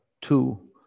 two